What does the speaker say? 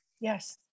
Yes